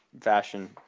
fashion